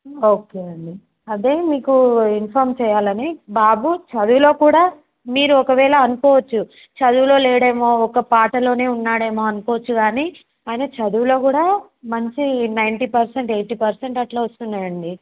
okay అండి అదే మీకు ఇన్ఫార్మ్ చేయాలని బాబు చదువులో కూడా మీరు ఒకవేళ అనుకోవచ్చు చదువులో లేడో ఏమో ఒక్క పాటలో ఉన్నాడో ఏమో అనుకోవచ్చు కానీ కానీ చదువులో కూడా మంచి నైంటీ పర్సెంట్ ఎయిటీ పర్సెంట్ అట్లా వస్తున్నాయి అండి